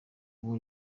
ubwo